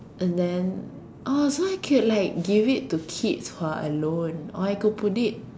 and then oh so I can like give it to kids who are alone or I could put it